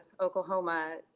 Oklahoma